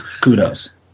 Kudos